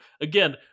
Again